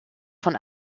von